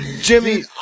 Jimmy